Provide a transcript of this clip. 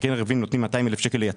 הרי קרן ערבים נותנים 200,000 שקלים ליתום.